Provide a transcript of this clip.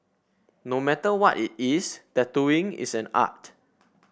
no matter what it is tattooing is an art